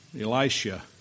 Elisha